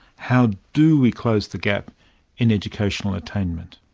how do we close the gap in educational attainment?